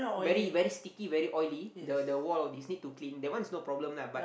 very very sticky very oily the the wall all these need to clean that one is no problem lah but